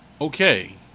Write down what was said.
Okay